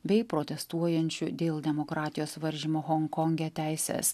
bei protestuojančių dėl demokratijos varžymo honkonge teises